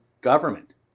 government